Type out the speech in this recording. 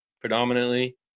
predominantly